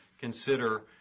consider